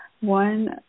one